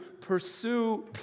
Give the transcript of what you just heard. pursue